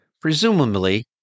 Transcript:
presumably